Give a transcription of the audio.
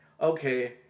Okay